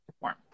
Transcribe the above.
perform